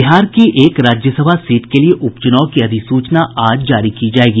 बिहार की एक राज्यसभा सीट के लिये उपचुनाव की अधिसूचना आज जारी की जायेगी